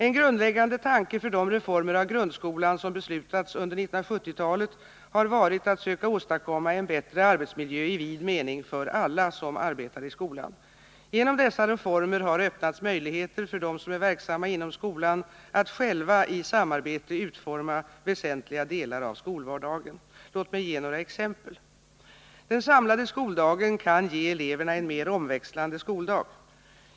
En grundläggande tanke för de reformer av grundskolan som beslutats under 1970-talet har varit att söka åstadkomma en bättre arbetsmiljö i vid mening för alla som arbetar i skolan. Genom dessa reformer har öppnats möjligheter för dem som är verksamma inom skolan att själva i samarbete att förbättra lärarnas arbetsmiljö att förbättra lärarnas arbetsmiljö utforma väsentliga delar av skolvardagen. Låt mig ge några exempel. Den samlade skoldagen kan ge eleverna en mer omväxlande skoldag.